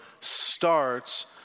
starts